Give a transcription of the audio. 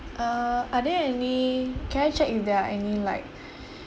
err are there any can I check if there are any like